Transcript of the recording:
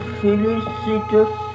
felicitous